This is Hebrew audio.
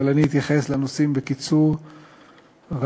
ואני אתייחס לנושאים בקיצור רב.